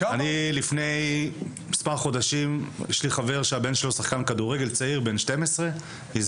יש לי חבר שהבן שלו שחקן כדורגל צעיר בן 12. לפני כמה